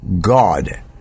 God